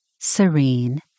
serene